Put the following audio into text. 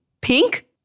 Pink